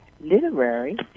literary